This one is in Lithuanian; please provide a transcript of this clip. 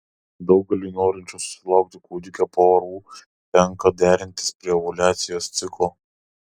daugeliui norinčių susilaukti kūdikio porų tenka derintis prie ovuliacijos ciklo